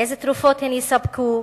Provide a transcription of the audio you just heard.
אילו תרופות הן יספקו,